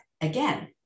again